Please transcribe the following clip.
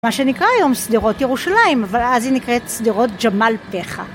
מה שנקרא היום שדירות ירושלים. אבל אז היא נקראת שדירות ג'מאל פחה.